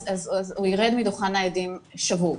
אז הוא יירד מדוכן העדים שבור.